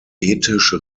ethisch